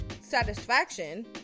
satisfaction